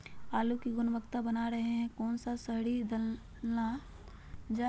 आलू की गुनबता बना रहे रहे कौन सा शहरी दलना चाये?